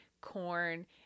corn